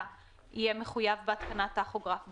יהיה מחויב בהתקנת טכוגרף דיגיטלי.